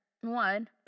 one